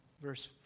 Verse